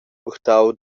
purtau